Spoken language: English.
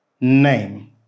Name